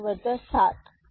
चार वजा सात